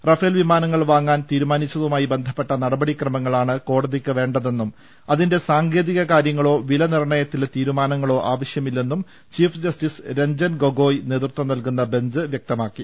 Rafale പ്രവിമാനങ്ങൾ വാങ്ങാൻ തീരുമാനിച്ചതുമായി ബന്ധപ്പെട്ട നട്ടപടി ക്രമങ്ങളാണ് കോടതിക്കു വേണ്ടതെന്നും അതിന്റെ സാങ്കേതിക കാര്യങ്ങളോ വില നിർണയത്തിലെ തീരുമാനങ്ങളോ ആവശ്യമി ല്ലെന്നും ചീഫ് ജസ്റ്റിസ് രജ്ഞൻ ഗോഗൊയ് നേതൃത്വം നൽകുന്ന ബെഞ്ച് വൃക്തമാക്കി